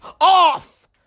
off